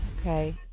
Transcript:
okay